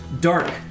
Dark